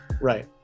Right